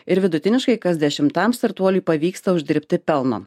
ir vidutiniškai kas dešimtam startuoliui pavyksta uždirbti pelno